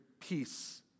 peace